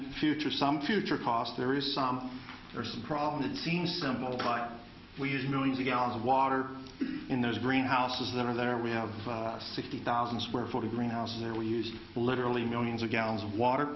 future some future cost there is some or some problem that seems simple we use millions of gallons of water in those greenhouses that are there we have sixty thousand square foot a green house there we use literally millions of gallons of water